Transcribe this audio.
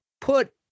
put